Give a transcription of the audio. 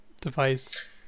device